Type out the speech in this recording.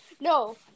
No